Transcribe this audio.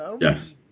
Yes